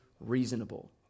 reasonable